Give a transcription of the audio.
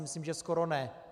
Myslím si, že skoro ne.